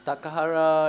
Takahara